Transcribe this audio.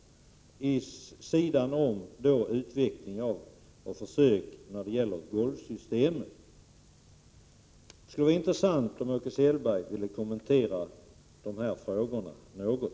Vid sidan av detta kan man utveckla och göra försök med golvsystem. Det skulle vara intressant om Åke Selberg kunde kommentera de här frågorna något.